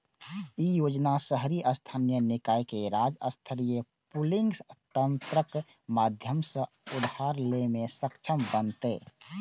ई योजना शहरी स्थानीय निकाय कें राज्य स्तरीय पूलिंग तंत्रक माध्यम सं उधार लै मे सक्षम बनेतै